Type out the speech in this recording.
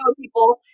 people